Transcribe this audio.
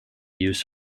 use